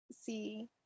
see